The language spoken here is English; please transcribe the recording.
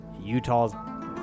Utah's